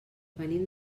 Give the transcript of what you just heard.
venim